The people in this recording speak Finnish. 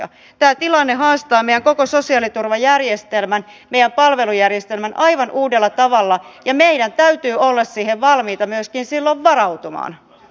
tämä tilanne haastaa meidän koko sosiaaliturvajärjestelmän meidän palvelujärjestelmän aivan uudella tavalla ja meidän täytyy olla siihen valmiita myöskin silloin varautumaan